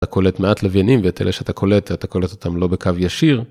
אתה קולט מעט לוויינים ואת אלה שאתה קולט, אתה קולט אותם לא בקו ישיר